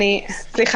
הכוונה